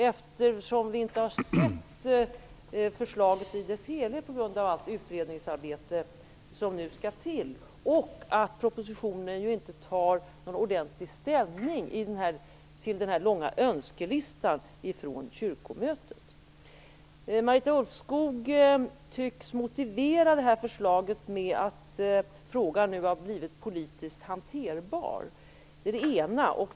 Vi har ju inte sett förslaget i dess helhet på grund av att ett utredningsarbete nu skall komma i gång och att man i propositionen inte tar någon ordentlig ställning till den långa önskelistan från Kyrkomötet. Marita Ulvskog tycks motivera förslaget med att frågan nu har blivit politiskt hanterbar. Det är det ena.